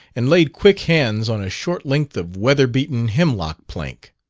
and laid quick hands on a short length of weather-beaten hemlock plank.